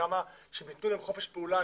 כי ככל שייתנו להן חופש פעולה,